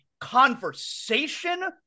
conversation